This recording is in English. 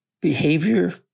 behavior